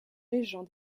régent